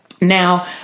now